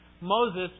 Moses